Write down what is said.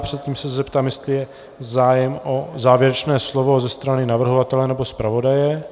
Předtím se zeptám, jestli je zájem o závěrečné slovo ze strany navrhovatele nebo zpravodaje.